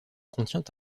contient